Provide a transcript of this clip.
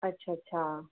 अच्छा अच्छा